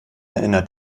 erinnert